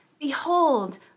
behold